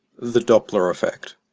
the doppler effect.